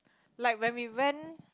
like when we went